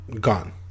Gone